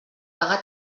degà